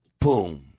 Boom